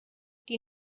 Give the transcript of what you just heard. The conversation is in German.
die